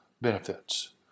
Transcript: benefits